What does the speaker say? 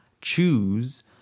choose